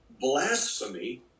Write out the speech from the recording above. blasphemy